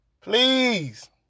Please